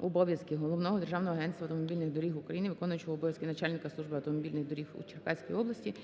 обов'язки голови Державного агентства автомобільних доріг України, виконуючого обов'язки начальника Служби автомобільних доріг у Черкаській області